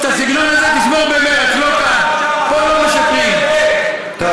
כתבו לך דברים, את